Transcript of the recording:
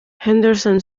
henderson